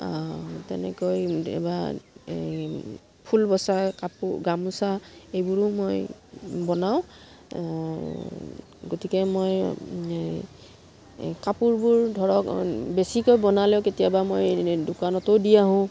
তেনেকৈ এই ফুল বচা কাপোৰ গামোচা এইবোৰো মই বনাওঁ গতিকে মই কাপোৰবোৰ ধৰক বেছিকৈ বনালেও কেতিয়াবা মই দোকানতো দি আহোঁ